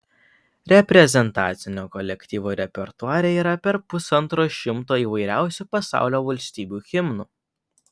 reprezentacinio kolektyvo repertuare yra per pusantro šimto įvairiausių pasaulio valstybių himnų